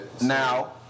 Now